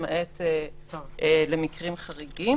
למעט במקרים חריגים.